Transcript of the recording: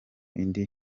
indi